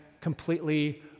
completely